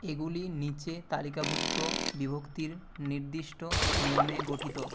এগুলি নিচে তালিকাভুক্ত বিভক্তির নির্দিষ্ট নিয়মে গঠিত